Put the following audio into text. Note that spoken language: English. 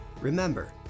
Remember